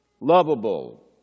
lovable